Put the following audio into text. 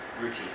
routine